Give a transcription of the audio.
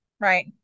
right